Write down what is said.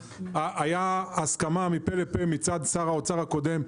הייתה הסכמה מפה לפה מצד שר האוצר הקודם,